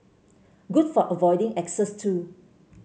good for avoiding exes too